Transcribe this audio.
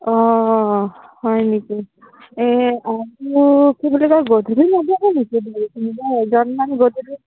অ হয় নেকি এই কি বুলি কয় গধূলি নাযাওঁ কোনোবা এজন মান গৈ যদি